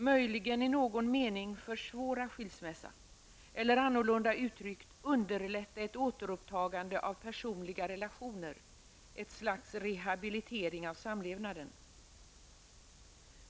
Möjligen skulle det i någon mening försvåra skilsmässa, eller -- annorlunda uttryckt -- underlätta ett återupptagande av personliga relationer, ett slags rehabilitering av samlevnaden.